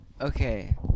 Okay